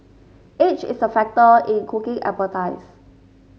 age is a factor in cooking expertise